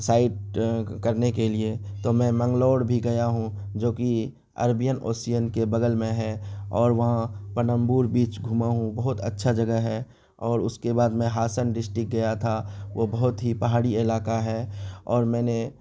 site کرنے کے لیے تو میں منگلور بھی گیا ہوں جو کہ عربین اوسین کے بغل میں ہے اور وہاں پنمبور بیچ گھوما ہوں بہت اچھا جگہ ہے اور اس کے بعد میں ہاسن ڈسٹک گیا تھا وہ بہت ہی پہاڑی علاقہ ہے اور میں نے